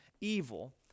evil